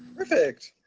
perfect!